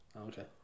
Okay